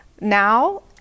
Now